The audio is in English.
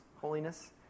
holiness